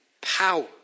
power